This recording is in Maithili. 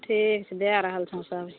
ठीक छै दए रहल छी सभ